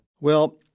Well-